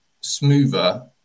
smoother